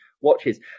watches